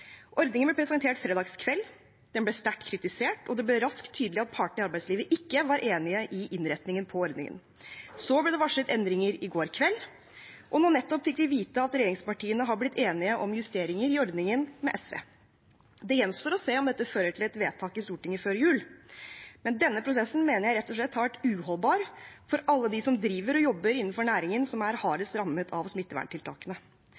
Ordningen ble presentert fredag kveld, den ble sterkt kritisert, og det ble raskt tydelig at partene i arbeidslivet ikke var enige om innretningen på ordningen. Så ble det varslet endringer i går kveld, og nå nettopp fikk vi vite at regjeringspartiene har blitt enige om justeringer i ordningen med SV. Det gjenstår å se om dette fører til et vedtak i Stortinget før jul, men denne prosessen mener jeg rett og slett har vært uholdbar for alle dem som driver og jobber innenfor næringene som er